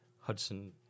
Hudson